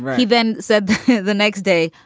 he then said the next day,